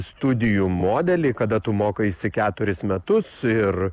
studijų modelį kada tu mokaisi keturis metus ir